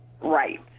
right